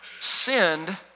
sinned